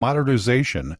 modernization